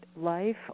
life